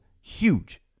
Huge